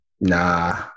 nah